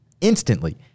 instantly